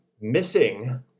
missing